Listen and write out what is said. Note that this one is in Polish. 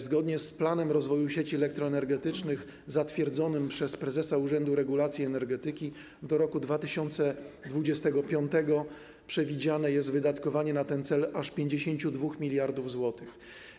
Zgodnie z planem rozwoju sieci elektroenergetycznych zatwierdzonym przez prezesa Urzędu Regulacji i Energetyki do roku 2025 przewidziane jest wydatkowanie na ten cel aż 52 mld zł.